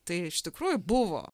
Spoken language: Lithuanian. tai iš tikrųjų buvo